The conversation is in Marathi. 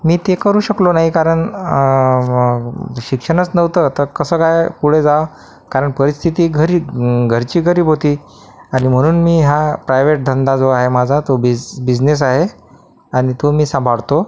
मी ते करू शकलो नाही कारण शिक्षणच नव्हतं तर कसं काय पुढे जावं कारण परिस्थिती घरी घरची गरीब होती आणि म्हणून मी हा प्रायवेट धंदा जो आहे माझा तो बिझ बिझनेस आहे आणि तो मी सांभाळतो